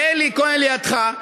ואלי כהן לידך,